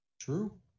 True